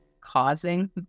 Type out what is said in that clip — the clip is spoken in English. causing